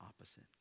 opposite